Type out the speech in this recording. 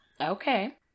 okay